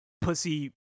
pussy